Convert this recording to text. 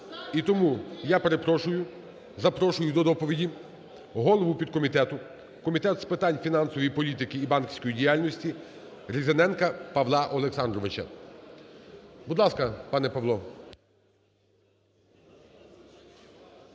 І тому, я перепрошую, запрошую до доповіді голову підкомітету Комітету з питань фінансової політики і банківської діяльності Різаненка Павла Олександровича. Будь ласка, пане Павло.